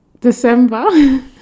December